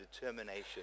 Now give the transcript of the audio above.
determination